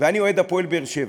ואני אוהד את "הפועל באר-שבע",